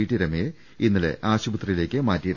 T രമയെ ഇന്നലെ ആശു പത്രിയിലേക്ക് മാറ്റിയിരുന്നു